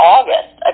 August